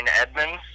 Edmonds